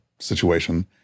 situation